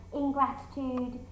ingratitude